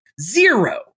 zero